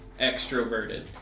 extroverted